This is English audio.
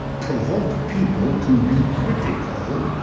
provoke people to be critical